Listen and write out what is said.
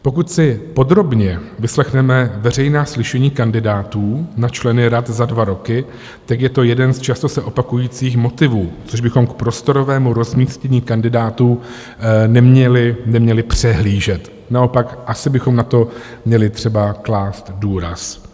Pokud si podrobně vyslechneme veřejná slyšení kandidátů na členy rad za dva roky, tak je to jeden z často se opakujících motivů, což bychom k prostorovému rozmístění kandidátů neměli přehlížet, naopak asi bychom na to měli třeba klást důraz.